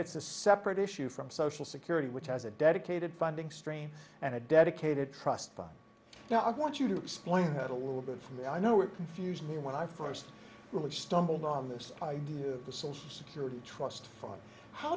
it's a separate issue from social security which has a dedicated funding stream and a dedicated trust fund now i want you to explain it a little bit for me i know it confused me when i first really stumbled on this idea the social security trust fund how